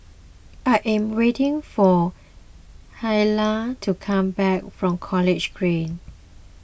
I am waiting for Hilah to come back from College Green